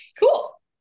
cool